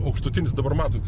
aukštutinis dabar matote